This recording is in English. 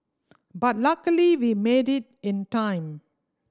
but luckily we made it in time